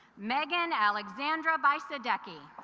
meghan alexandre by sadecki